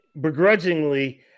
begrudgingly